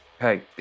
hey